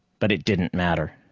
but it didn't matter.